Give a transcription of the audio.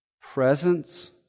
Presence